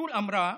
שול אמרה: